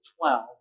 twelve